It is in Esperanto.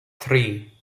tri